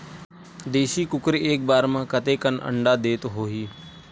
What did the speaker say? देशी कुकरी एक बार म कतेकन अंडा देत होही?